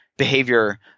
behavior